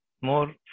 more